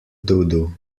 dodo